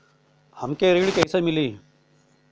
हमके ऋण कईसे मिली?